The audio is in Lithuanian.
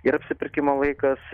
ir apsipirkimo laikas